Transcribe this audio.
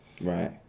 Right